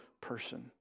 person